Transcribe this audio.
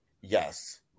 Yes